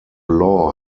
law